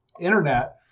internet